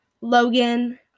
logan